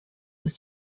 was